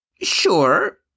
Sure